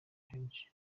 henshi